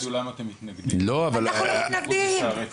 אולי תגידו למה אתם מתנגדים --- שערי צדק.